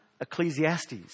Ecclesiastes